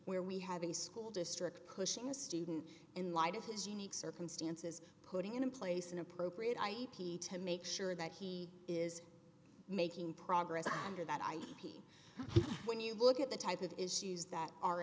where we have a school district pushing a student in light of his unique circumstances putting in place an appropriate ip to make sure that he is making progress i'm sure that i mean when you look at the type of issues that are